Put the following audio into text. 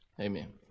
amen